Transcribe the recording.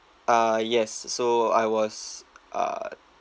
uh yes so I was uh